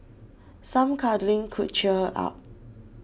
some cuddling could cheer her up